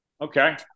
Okay